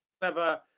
clever